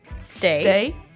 stay